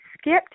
skipped